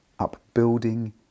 upbuilding